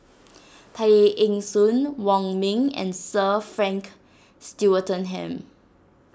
Tay Eng Soon Wong Ming and Sir Frank Swettenham